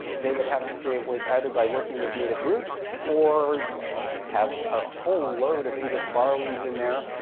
they would have to create words either by working with native roots, or have a whole load of english borrowings in there,